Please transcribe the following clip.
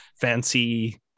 fancy